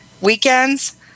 weekends